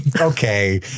Okay